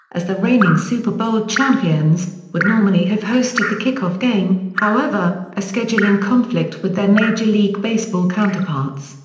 as the reigning super bowl champions, would normally have hosted the kickoff game, however, a scheduling conflict with their major league baseball counterparts,